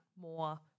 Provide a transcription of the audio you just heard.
more